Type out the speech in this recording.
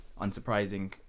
unsurprising